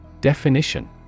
Definition